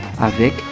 avec